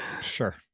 Sure